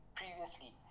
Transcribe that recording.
previously